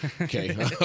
Okay